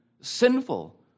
sinful